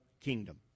kingdom